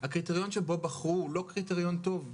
הקריטריון שבו בחרו לא קריטריון טוב,